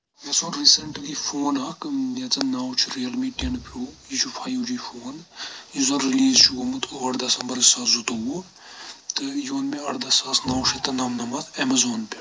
مےٚ حظ اوٚن ریٖسَنٹلی یہِ فون اَکھ یَتھ زَن ناو چھُ رِیَل می ٹین پرو یہِ چھُ فایو جی فون یُس زَن رِلیٖز چھُ گوٚمُت ٲٹھ دَمسبر زٕ ساس زٕتووُہ تہٕ یہِ اوٚن مےٚ اَرداہ ساس نَو شیٚتھ تہٕ نَمنَمَتھ ایٚمیزان پؠٹھ